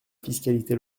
fiscalité